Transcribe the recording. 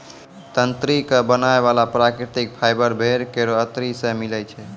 तंत्री क बनाय वाला प्राकृतिक फाइबर भेड़ केरो अतरी सें मिलै छै